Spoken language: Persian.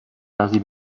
رازی